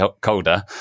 colder